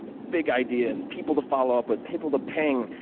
big ideas, people to follow up with, people to ping,